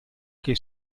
che